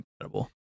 incredible